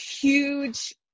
huge